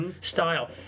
style